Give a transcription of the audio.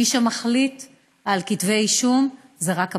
מי שמחליט על כתבי אישום זה רק הפרקליטות.